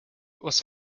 was